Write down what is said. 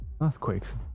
earthquakes